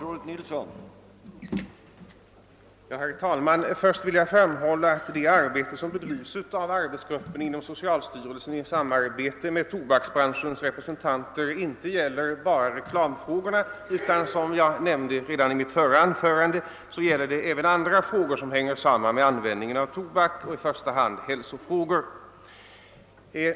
Herr talman! Först vill jag framhålla att det arbete som bedrivs av arbetsgruppen inom socialstyrelsen i samverkan med tobaksbranschens representanter gäller inte bara reklamfrågorna utan -— som jag nämnde redan i mitt förra anförande — även andra frågor som hänger samman med användningen av tobak, i första hand hälsofrågor.